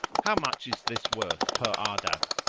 how much is this worth per ardabb?